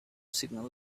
signal